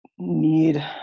need